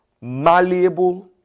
malleable